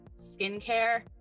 skincare